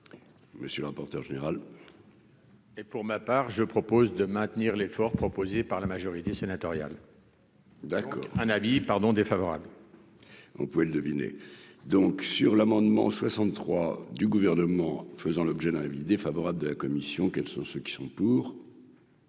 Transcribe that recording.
Monsieur le rapporteur général. Et pour ma part, je propose de maintenir l'effort proposé par la majorité sénatoriale. D'accord, un avis pardon défavorable. On pouvait le deviner donc sur l'amendement 63 du gouvernement faisant l'objet d'un avis défavorable de la commission, quels sont ceux qui sont pour.